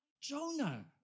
Jonah